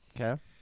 Okay